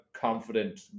confident